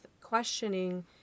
questioning